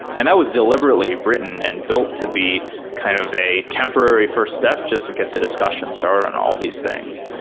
and that was deliberately written and built to be kind of a temporary first step just to get the discussion started on all of these things.